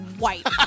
White